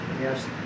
yes